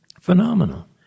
Phenomenal